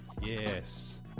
Yes